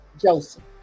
Joseph